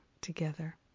together